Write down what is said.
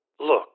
Look